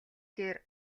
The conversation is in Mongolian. дээр